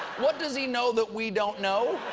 what does he know that we don't know?